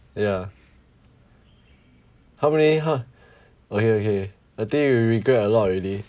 ya how many how okay okay I think you regret a lot already